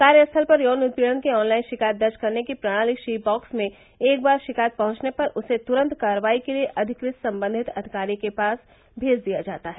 कार्यस्थल पर यौन उत्पीड़न की ऑनलाइन शिकायत दर्ज करने की प्रणाली शी बॅक्स में एक बार शिकायत पहुंचने पर उसे तुरंत कार्रवाई करने के लिए अधिकृत संबंधित अधिकारी के पास भेज दिया जाता है